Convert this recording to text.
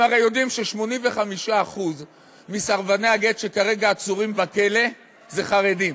הם הרי יודעים ש-85% מסרבני הגט שכרגע עצורים בכלא הם חרדים.